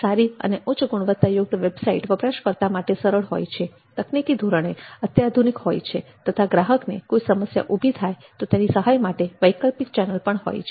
સારી અને ઉચ્ચ ગુણવત્તાયુક્ત વેબસાઈટ વપરાશકર્તા માટે સરળ હોય છે તકનીકી ધોરણે અત્યાધુનિક હોય છે તથા ગ્રાહકને કોઈ સમસ્યા ઉભી થાય તો તેની સહાય માટે વૈકલ્પિક ચેનલ પણ હોય છે